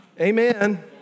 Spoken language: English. Amen